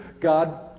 God